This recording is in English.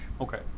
Okay